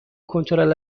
کنترل